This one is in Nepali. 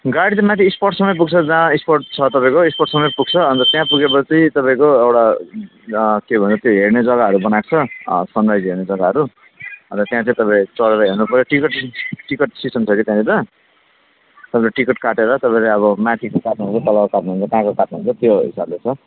गाडी त माथि स्पटसम्मै पुग्छ जहाँ स्पट छ तपाईँको स्पोटसम्मै पुग्छ अनि त त्यहाँ पुगेपछि तपाईँको एउटा के भन्छ त्यो हेर्ने जग्गाहरू बनाएको छ सनराइज हेर्ने जग्गाहरू अनि त त्यहाँ चाहिँ तपाईँ चढेर हेर्नुपर्यो टिकट टिकट सिस्टम छ कि त्यहाँनिर तपाईँले टिकट काटेर तपाईँले अब माथिको काट्नुहुन्छ कि तलको काट्नुहुन्छ कहाँको काट्नुहुन्छ त्यो हिसाबले छ